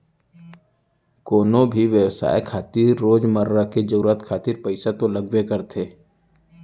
कोनो भी बेवसाय खातिर रोजमर्रा के जरुरत खातिर पइसा तो लगबे करथे